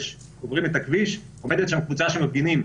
עוברים את הכביש עומדת שם קבוצה של מפגינים.